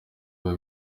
biba